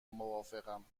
موافقم